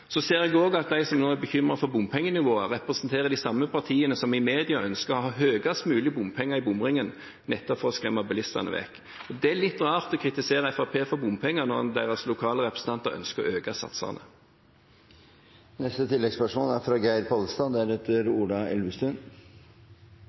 ser også at de som nå er bekymret for bompengenivået, representerer de samme partiene som i media ønsker å ha høyest mulig bompengesatser i bomringen nettopp for å skremme bilistene vekk. Det er litt rart å kritisere Fremskrittspartiet for bompenger når egne lokale representanter ønsker å øke satsene.